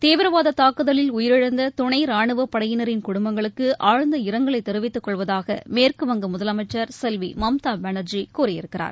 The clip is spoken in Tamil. தீவிரவாத தாக்குதலில் உயிரிழந்த துணை ரானுவப் படையினரின் குடும்பங்களுக்கு ஆழ்ந்த இரங்கலைத் தெரிவித்துக் கொள்வதாக மேற்கு வங்க முதலமைச்சர் செல்வி மம்தா பானர்ஜி கூறியிருக்கிறார்